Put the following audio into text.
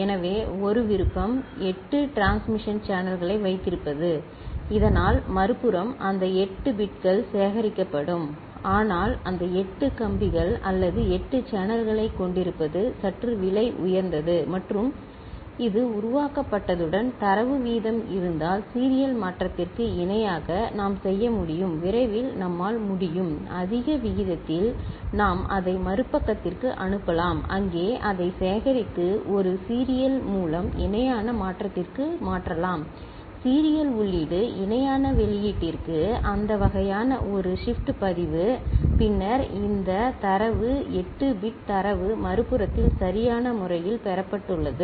எனவே ஒரு விருப்பம் 8 டிரான்ஸ்மிஷன் சேனல்களை வைத்திருப்பது இதனால் மறுபுறம் அந்த 8 பிட்கள்சேகரிக்கப்படும் ஆனால் அந்த 8 கம்பிகள் அல்லது 8 சேனல்களைக் கொண்டிருப்பது சற்று விலை உயர்ந்தது மற்றும் இது உருவாக்கப்பட்டதுடன் தரவு வீதம் இருந்தால் சீரியல் மாற்றத்திற்கு இணையாக நாம் செய்ய முடியும் விரைவாக நம்மால் முடியும் - அதிக விகிதத்தில் நாம் அதை மறுபக்கத்திற்கு அனுப்பலாம் அங்கே அதை சேகரித்து ஒரு சீரியல் மூலம் இணையான மாற்றத்திற்கு மாற்றலாம் சீரியல் உள்ளீடு இணையான வெளியீட்டிற்கு அந்த வகையான ஒரு ஷிப்ட் பதிவு பின்னர் இந்த தரவு 8 பிட் தரவு மறுபுறத்தில் சரியான முறையில் பெறப்பட்டுள்ளது